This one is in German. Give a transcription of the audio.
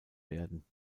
werden